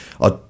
I-